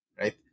Right